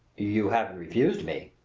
you haven't refused me,